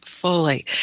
fully